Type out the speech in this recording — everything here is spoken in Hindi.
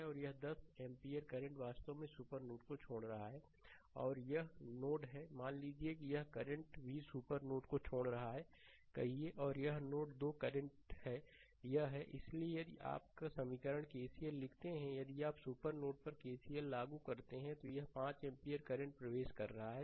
और यह 10 एम्पीयर करंट वास्तव में सुपर नोड को छोड़ रहा है और यह नोड 1 है मान लीजिए कि यह करंट भी सुपर नोड को छोड़ रहा है i1 कहिए और यह नोड 2 पर करंट हैं यह है इसलिए यदि आप समीकरण केसीएल लिखते हैं यदि आप सुपर नोड पर केसीएल लागू करते हैं तो यह 5 एम्पीयर करंट प्रवेश कर रहा है